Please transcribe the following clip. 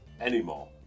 anymore